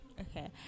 Okay